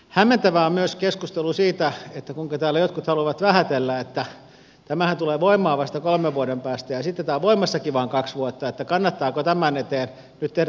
hämmentävää on myös keskustelu siitä kuinka täällä jotkut haluavat vähätellä että tämähän tulee voimaan vasta kolmen vuoden päästä ja sitten tämä on voimassakin vain kaksi vuotta että kannattaako tämän eteen nyt tehdä tämmöisiä muutoksia